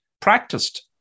practiced